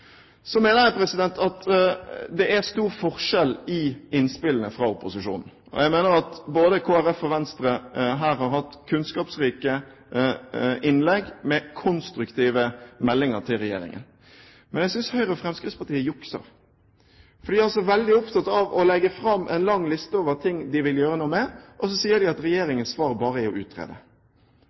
Så mener jeg at det er stor forskjell i innspillene fra opposisjonen. Jeg mener at både Kristelig Folkeparti og Venstre her har hatt kunnskapsrike innlegg med konstruktive meldinger til regjeringen. Men jeg synes Høyre og Fremskrittspartiet jukser. De er veldig opptatt av å legge fram en lang liste over ting de vil gjøre noe med, og så sier de at regjeringens svar bare er å utrede,